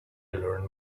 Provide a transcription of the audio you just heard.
learn